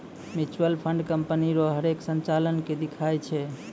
mutual fund company रो हरेक संचालन के दिखाय छै